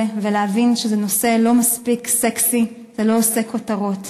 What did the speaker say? ולהבין שזה נושא לא מספיק סקסי ולא עושה כותרות.